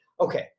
Okay